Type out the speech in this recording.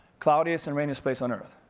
cloudiest and rainiest space on earth.